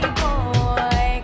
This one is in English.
boy